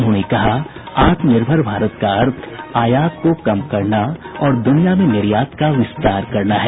उन्होंने कहा आत्मनिर्भर भारत का अर्थ आयात को कम करना और दुनिया में निर्यात का विस्तार करना है